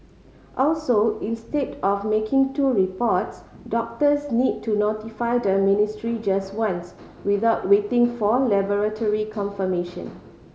also instead of making two reports doctors need to notify the ministry just once without waiting for laboratory confirmation